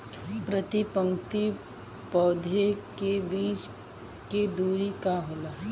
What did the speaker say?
प्रति पंक्ति पौधे के बीच के दुरी का होला?